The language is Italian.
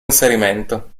inserimento